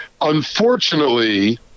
Unfortunately